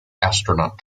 astronaut